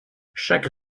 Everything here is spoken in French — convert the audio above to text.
chaque